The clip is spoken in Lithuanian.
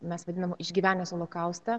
mes vadinam išgyvenęs holokaustą